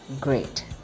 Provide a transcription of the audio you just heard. great